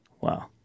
Wow